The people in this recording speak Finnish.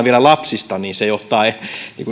vielä lapsista se johtaa